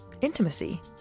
Intimacy